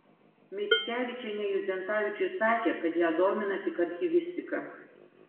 mickevičienė judzentavičiui sakė kad ją domina tik archyvistika